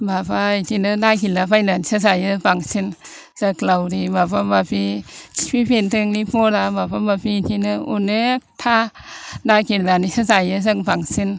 माबा बेदिनो नागिरला बायनानैसो जायो बांसिन जोग्लावरि माबा माबि खिफि बेनदोंनि बरा माबा माबि बेदिनो अनेखथा नागिरनानैसो जायो जों बांसिन